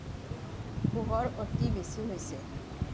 পোহৰ অতি বেছি হৈছে